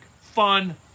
fun